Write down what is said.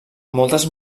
moltes